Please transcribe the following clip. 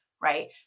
right